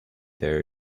there